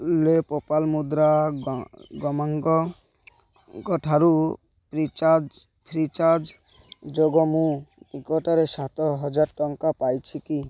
ଲୋପାମୁଦ୍ରା ଗମାଙ୍ଗଙ୍କ ଠାରୁ recharge free charge ଯୋଗେ ମୁଁ ନିକଟରେ ସାତହଜାରେ ଟଙ୍କା ପାଇଛି କି